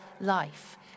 life